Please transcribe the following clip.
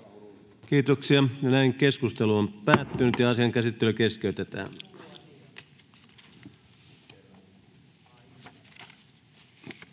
annetun lain 20 §:n muuttamisesta Time: N/A Content: